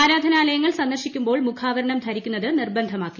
ആരാധനാല യങ്ങൾ സന്ദർശിക്കു മ്പോൾ മുഖാവരണം ധരിക്കുന്നത് നിർബന്ധമാക്കി